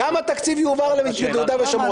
כמה תקציב יועבר ליהודה ושומרון?